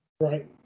Right